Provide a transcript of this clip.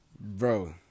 Bro